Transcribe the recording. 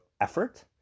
effort